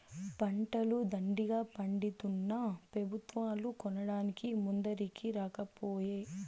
పంటలు దండిగా పండితున్నా పెబుత్వాలు కొనడానికి ముందరికి రాకపోయే